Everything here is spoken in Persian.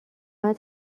خواهد